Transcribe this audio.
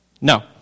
No